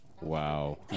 Wow